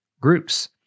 groups